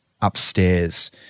upstairs